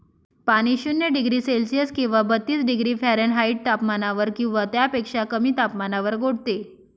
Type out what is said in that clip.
पाणी शून्य degree Celsius किंवा बत्तीस डिग्री फॅरेनहाईट तापमानावर किंवा त्यापेक्षा कमी तापमानावर गोठते